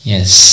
Yes